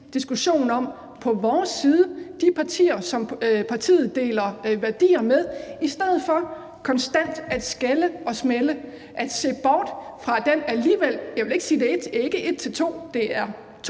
diskussion på vores side, altså de partier, som partiet deler værdier med, i stedet for konstant at skælde og smælde og se bort fra de to håndfulde – det er ikke en til to, men to –